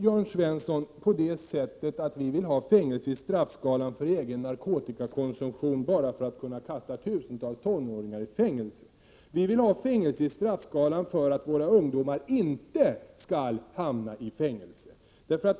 Jörn Svensson, det är alltså inte så att vi vill ha fängelse i straffskalan för egen narkotikakonsumtion för att kunna kasta tusentals tonåringar i fängelse. Vi vill ha fängelse i straffskalan för att våra ungdomar inte skall hamna i fängelse.